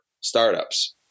startups